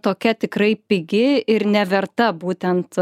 tokia tikrai pigi ir neverta būtent